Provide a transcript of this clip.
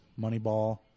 Moneyball